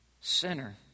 sinner